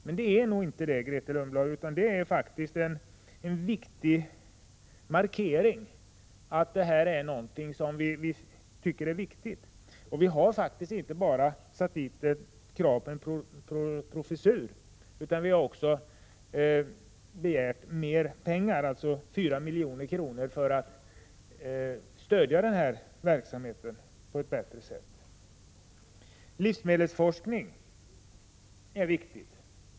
Men det är nog inte det, Grethe Lundblad, utan det är faktiskt en markering av att det här är någonting som man tycker är viktigt. Och vi har faktiskt inte bara satt dit kravet på en professur, utan vi har också begärt mer pengar, 4 milj.kr., för att stödja denna verksamhet på ett bättre sätt. Livsmedelsforskningen är viktig.